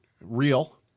real